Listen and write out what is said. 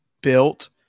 built